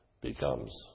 becomes